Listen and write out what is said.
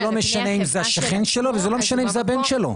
זה לא משנה אם זה השכן שלו וזה לא משנה אם זה הבן שלו.